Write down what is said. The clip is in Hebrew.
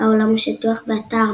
העולם הוא שטוח, באתר